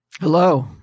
Hello